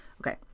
Okay